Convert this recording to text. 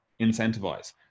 incentivize